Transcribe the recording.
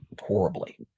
horribly